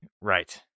Right